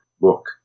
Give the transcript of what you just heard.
book